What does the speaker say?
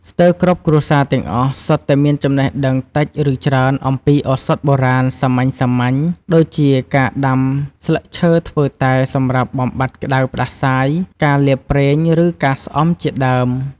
ស្ទើរគ្រប់គ្រួសារទាំងអស់ សុទ្ធតែមានចំណេះដឹងតិច ឬច្រើនអំពីឱសថបុរាណសាមញ្ញៗ ដូចជាការដាំស្លឹកឈើធ្វើតែសម្រាប់បំបាត់ក្ដៅផ្ដាសាយ ការលាបប្រេង ឬការស្អំជាដើម។